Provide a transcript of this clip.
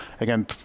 Again